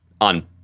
on